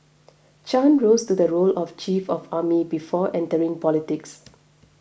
Chan rose to the role of chief of army before entering politics